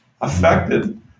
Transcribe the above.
affected